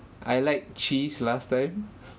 I like cheese last time